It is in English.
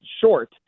short